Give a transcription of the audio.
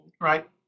Right